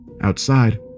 Outside